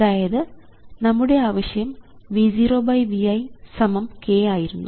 അതായത് നമ്മുടെ ആവശ്യം V 0 V i k ആയിരുന്നു